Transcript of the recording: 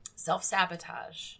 self-sabotage